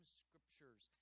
scriptures